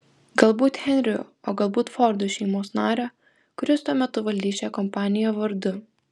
galbūt henriu o galbūt fordų šeimos nario kuris tuo metu valdys šią kompaniją vardu